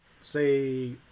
say